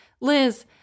Liz